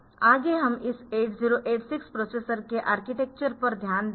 आगे हम इस 8086 प्रोसेसर के आर्किटेक्चर पर ध्यान देंगे